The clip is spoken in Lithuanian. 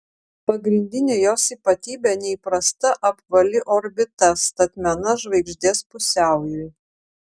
pagrindinė jos ypatybė neįprasta apvali orbita statmena žvaigždės pusiaujui